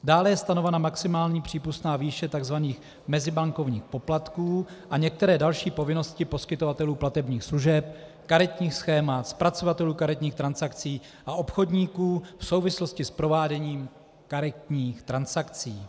Dále je stanovena maximální přípustná výše takzvaných mezibankovních poplatků a některé další povinnosti poskytovatelů platebních služeb, karetních schémat, zpracovatelů karetních transakcí a obchodníků v souvislosti s prováděním karetních transakcí.